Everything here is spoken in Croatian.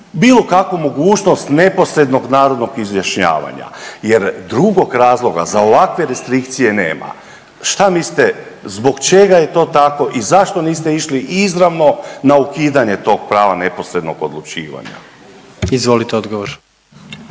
bilo kakvu mogućnost neposrednog narodnog izjašnjavanja jer drugog razloga za ovakve restrikcije nema. Šta mislite zbog čega je to tako i zašto niste išli izravno na ukidanje tog prava neposrednog odlučivanja? **Jandroković,